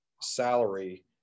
salary